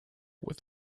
with